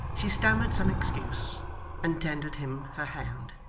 she stammered some excuse and tendered him her hand.